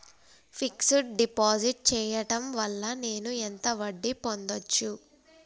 Fix డ్ deposit చేయటం వల్ల నేను ఎంత వడ్డీ పొందచ్చు?